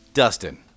Dustin